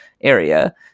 area